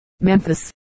Memphis